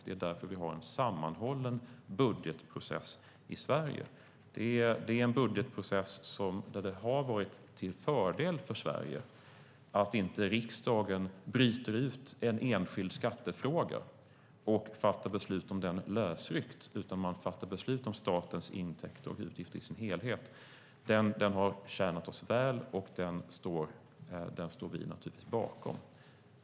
Det är därför vi i Sverige har en sammanhållen budgetprocess - en budgetprocess där det har varit till fördel för Sverige att riksdagen inte bryter ut en enskild skattefråga och fattar beslut om den lösryckt. I stället fattar man beslut om statens intäkter och utgifter som helhet. Detta har tjänat oss väl, och detta står vi naturligtvis bakom.